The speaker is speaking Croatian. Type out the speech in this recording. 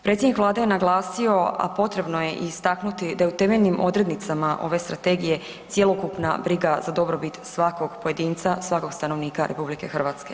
Predsjednik Vlade je naglasio, a potrebno je i istaknuti da i u temeljnim odrednicama ove strategije cjelokupna briga za dobrobit svakog pojedinca, svakog stanovnika RH.